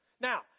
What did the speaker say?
Now